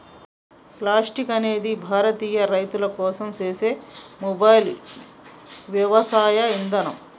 Plantix అనేది భారతీయ రైతుల కోసం సేసే మొబైల్ యవసాయ ఇదానం